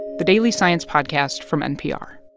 the daily science podcast from npr